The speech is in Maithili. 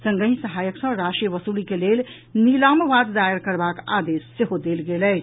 संगहि सहायक सँ राशि वसूली के लेल नीलामवाद दायर करबाक आदेश देल गेल अछि